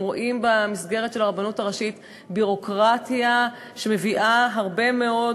הם רואים במסגרת של הרבנות הראשית ביורוקרטיה שמביאה הרבה מאוד